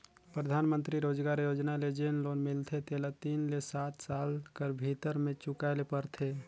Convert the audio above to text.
परधानमंतरी रोजगार योजना ले जेन लोन मिलथे तेला तीन ले सात साल कर भीतर में चुकाए ले परथे